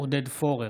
עודד פורר,